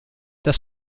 das